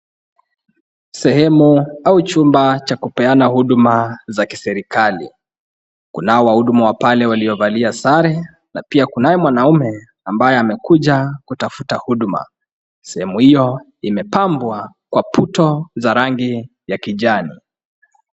Sehemu au chumba cha kupeana huduma za kiserikali. Kunao wahuduma wa pale walio valia sare na pia kunaye mwanaume ambaye amekuja kutafuta huduma. Sehemu hiyo imepambwa kwa puto za rangi ya kijani.